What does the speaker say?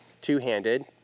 two-handed